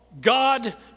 God